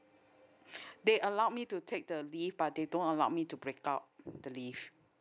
they allow me to take the leave but they don't allow me to break out the leave